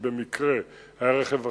שבמקרה היה ברכב מאחוריו,